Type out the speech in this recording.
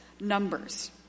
numbers